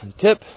Tip